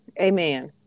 Amen